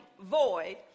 void